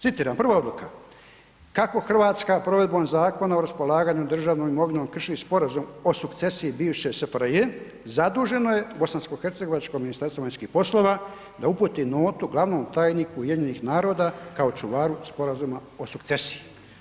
Citiram, prva odluka: „Kako Hrvatska provedbom zakona o raspolaganju državnom imovinom krši sporazum o sukcesiji bivše SFRJ zaduženo je Bosansko-hercegovačko ministarstvo vanjskih poslova da uputi notu glavnom tajniku UN-a kao čuvaru sporazuma o sukcesiji.